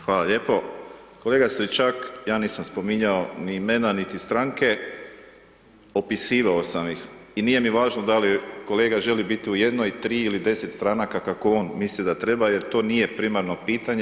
Hvala lijepo, kolega Stričak ja nisam spominjao ni imena, niti stranke, opisivao sam ih i nije mi važno da li kolega želi biti u 1, 3 ili 10 stranaka kako on misli da treba jer to nije primarno pitanje.